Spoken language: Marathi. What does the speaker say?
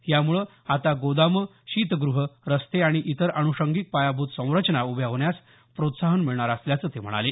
यामुळे आता गोदामं शीतग्रहे रस्ते आणि इतर आन्षंगिक पायाभूत संरचना उभ्या होण्यास प्रोत्साहन मिळणार असल्याचं ते म्हणाले